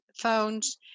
phones